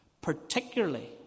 particularly